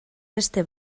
beste